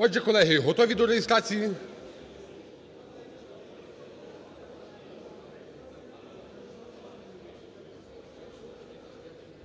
Отже, колеги, готові до реєстрації?